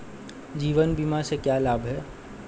जीवन बीमा से क्या लाभ हैं?